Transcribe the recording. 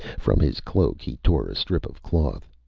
from his cloak he tore a strip of cloth.